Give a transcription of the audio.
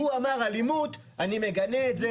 הוא אמר, אלימות, אני מגנה את זה.